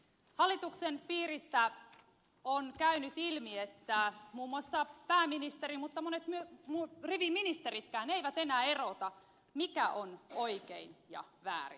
hallituksen piiristä on käynyt ilmi ettei muun muassa pääministeri mutta eivät monet riviministeritkään enää erota mikä on oikein ja mikä väärin